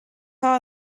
are